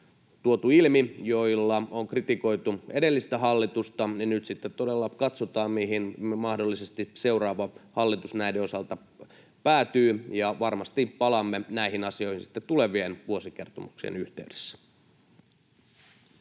tänäänkin on tuotu ilmi, nyt sitten todella katsotaan, mihin mahdollisesti seuraava hallitus näiden osalta päätyy. Ja varmasti palaamme näihin asioihin sitten tulevien vuosikertomuksien yhteydessä.